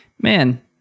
man